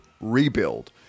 rebuild